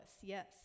yes